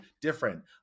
different